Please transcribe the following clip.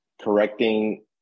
Correcting